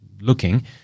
looking